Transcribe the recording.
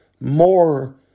more